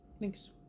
Thanks